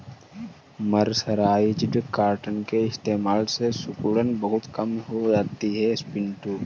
mercerised cotton के इस्तेमाल से सिकुड़न बहुत कम हो जाती है पिंटू